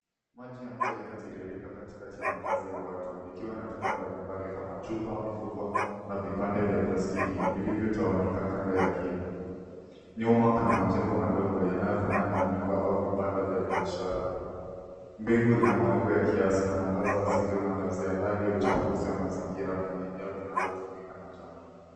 Maji ya mto yanatiririka katikati ya makazi ya watu, yakiwa na taka nyingi kama vile machupa, mifuko na vipande vya plastiki, vilivyo tawanyika kando ya kingo. Nyuma kuna majengo madogo yanayo fanana na nyumba au vibanda vya biashara. Mbingu ina mawingu ya kiasi na mwangaza wa asili unaangazia hali ya uchafuzi wa mazingira kwenye eneo linalotumika na jamii.